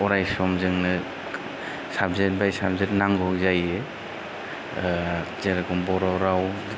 अरायसम जोंनो साबजेक्तनिफ्राय साबजेक्त नांगौ जायो जेरखम बर' राव